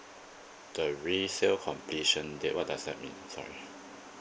the resale completion date what does that mean sorry